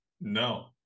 No